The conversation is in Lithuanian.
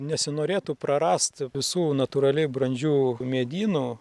nesinorėtų prarast visų natūraliai brandžių medynų